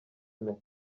impeta